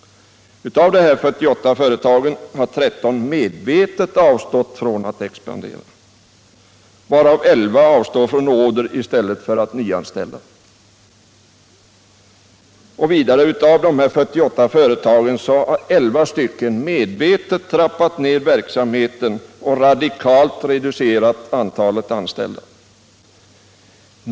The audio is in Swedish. Av de 48 företagen har 13 medvetet avstått från att expandera — varav 11 avstår från order i stället för att nyanställa. Vidare står det att av nämnda 48 företag har 11 medvetet trappat ned verksamheten och radikalt reducerat antalet anställda.